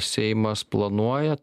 seimas planuoja